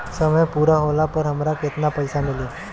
समय पूरा होला पर हमरा केतना पइसा मिली?